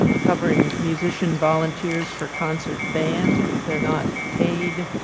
covering musician volunteers for concert band, they're not paid,